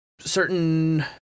certain